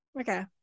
okay